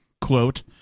Quote